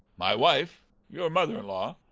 my wife, your mother-in-law,